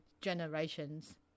generation's